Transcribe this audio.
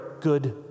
good